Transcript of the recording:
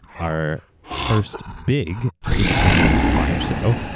our first big independent live show,